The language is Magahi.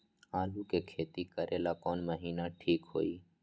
आलू के खेती करेला कौन महीना ठीक होई?